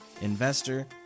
investor